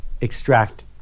extract